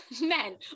men